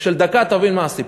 של דקה, תבין מה הסיפור.